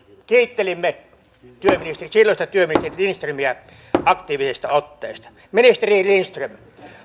kiittelimme silloista työministeri ihalaista aktiivisesta otteesta ministeri lindström